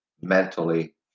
mentally